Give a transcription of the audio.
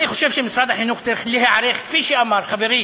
אני חושב שמשרד החינוך צריך להיערך, כפי שאמר חברי